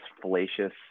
fallacious